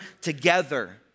together